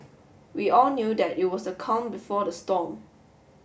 we all knew that it was the calm before the storm